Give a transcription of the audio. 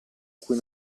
cui